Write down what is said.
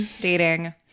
dating